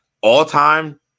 All-time